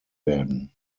werden